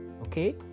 okay